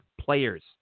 players